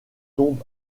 tombe